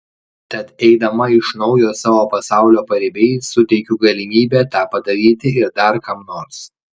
tad eidama iš naujo savo pasaulio paribiais suteikiu galimybę tą padaryti ir dar kam nors